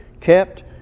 kept